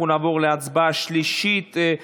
אנחנו נעבור להצבעה בקריאה שלישית.